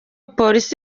polisi